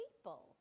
people